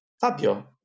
Fabio